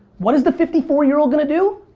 what is the fifty four year old gonna do?